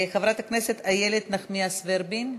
חברת הכנסת איילת נחמיאס ורבין,